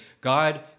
God